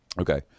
okay